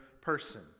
person